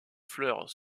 fleurs